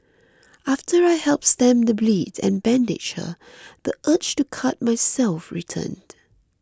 after i helped stem the bleed and bandaged her the urge to cut myself returned